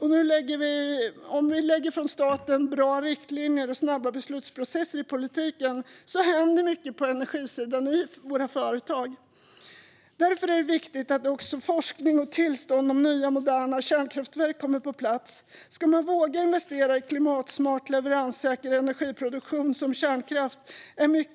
Om vi från staten tillhandahåller bra riktlinjer och snabba beslutsprocesser i politiken händer mycket på energisidan i våra företag. Därför är det viktigt att också forskning om och tillstånd för nya, moderna kärnkraftverk kommer på plats. Ska man våga investera i klimatsmart, leveranssäker energiproduktion som kärnkraft